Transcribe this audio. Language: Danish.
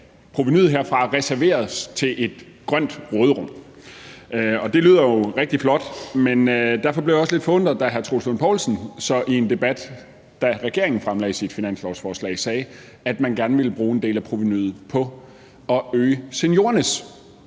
provenuet herfra reserveres til et grønt råderum. Det lyder jo rigtig flot, og derfor blev jeg også lidt forundret, da hr. Troels Lund Poulsen i en debat, da regeringen fremlagde sit finanslovsforslag, sagde, at man gerne ville bruge en del af provenuet på at øge seniorernes